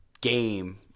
game